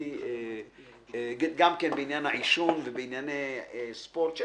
בעניין העישון ובענייני ספורט.